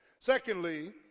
Secondly